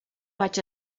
vaig